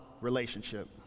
relationship